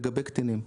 לגבי קטינים.